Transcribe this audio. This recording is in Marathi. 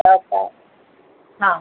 आता हां